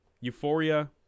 Euphoria